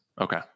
okay